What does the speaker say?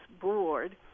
board